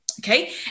Okay